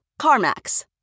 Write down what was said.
CarMax